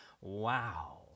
wow